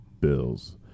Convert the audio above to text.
bills